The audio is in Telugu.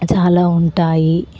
చాలా ఉంటాయి